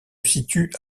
situe